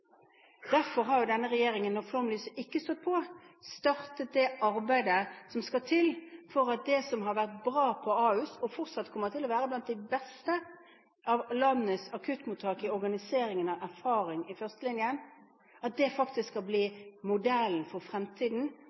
Derfor har denne regjeringen når flomlysene ikke har stått på, startet det arbeidet som skal til for at det som har vært bra på Ahus, som fortsatt kommer til å være blant de beste av landets akuttmottak i organiseringen av erfaring i førstelinjen, faktisk skal bli modellen for fremtiden